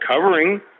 covering